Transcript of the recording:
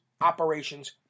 Operations